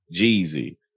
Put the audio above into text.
Jeezy